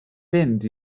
fynd